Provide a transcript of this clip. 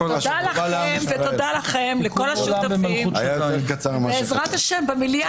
היה יותר קצר ממה שחשבתי.